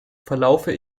verlaufe